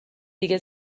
دیگه